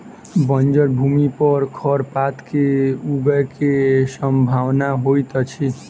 बंजर भूमि पर खरपात के ऊगय के सम्भावना होइतअछि